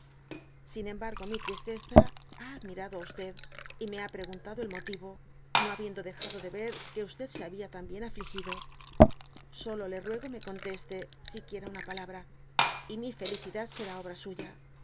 sin embargo mi tristeza ha admirado á y y me ha preguntado el motivo no habiendo dejado de ver que se habia también aíujido solo le ruego me conteste siquiera una palabra y mi feücidad será obrasuya